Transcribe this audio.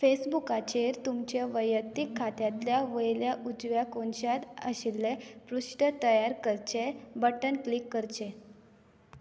फेसबुकाचेर तुमचे वैयक्तीक खात्यांतल्या वयल्या उजव्या कोनशांत आशिल्लें पृश्ठ तयार करचें बटण क्लिक करचें